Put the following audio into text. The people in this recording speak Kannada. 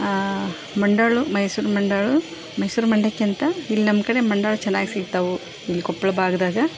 ಮಂಡಾಳು ಮೈಸೂರು ಮಂಡಾಳು ಮೈಸೂರು ಮಂಡಕ್ಕಿ ಅಂತ ಇಲ್ಲಿ ನಮ್ಮ ಕಡೆ ಮಂಡಾಳು ಚೆನ್ನಾಗಿ ಸಿಗ್ತವೆ ಇಲ್ಲಿ ಕೊಪ್ಳ ಬಾಗಿದಾಗ